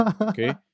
Okay